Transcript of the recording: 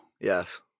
Yes